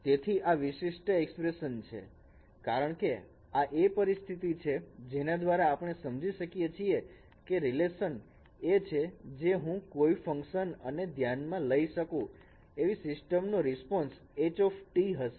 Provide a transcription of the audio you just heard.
તેથી આ વિશિષ્ટ એક્સપ્રેશન છે કારણકે આ એ પરિસ્થિતિ છે જેના દ્વારા આપણે સમજી શકીએ છીએ કે રિલેશન એ છે જો હું કોઈ ફંકશન અને ધ્યાનમાં લઇ અને સિસ્ટમનો રિસ્પોન્સ h હશે